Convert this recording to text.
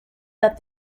that